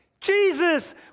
Jesus